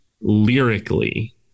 lyrically